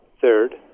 Third